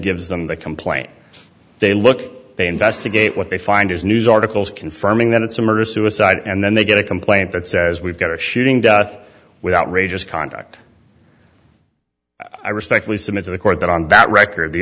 gives them the complaint they look they investigate what they find is news articles confirming that it's a murder suicide and then they get a complaint that says we've got a shooting with outrageous conduct i respectfully submit to the court that on that record the